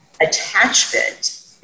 attachment